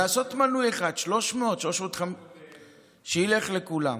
לעשות מנוי אחד, 300, שילך לכולם.